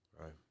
right